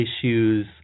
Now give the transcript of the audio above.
issues